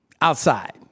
outside